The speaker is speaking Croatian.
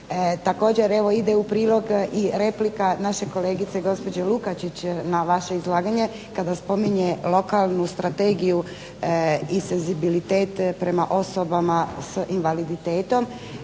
Također, evo ide u prilog i replika naše kolegice gospođe Lukačić na vaše izlaganje kada spominje lokalnu strategiju i senzibilitet prema osobama s invaliditetom.